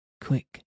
quick